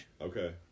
Okay